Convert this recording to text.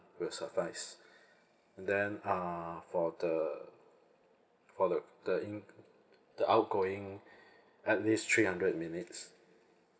will suffice and then uh for the for the the in the outgoing at least three hundred minutes